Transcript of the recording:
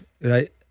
right